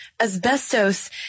asbestos